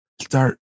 start